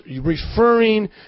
referring